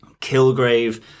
Kilgrave